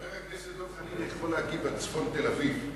חבר הכנסת דב חנין יכול להגיב על צפון תל-אביב.